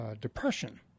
depression